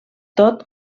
tot